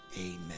amen